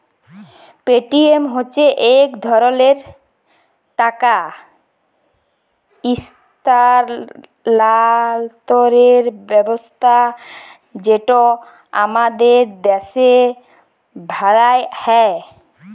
Paytm হছে ইক ধরলের টাকা ইস্থালাল্তরের ব্যবস্থা যেট আমাদের দ্যাশে ব্যাভার হ্যয়